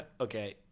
okay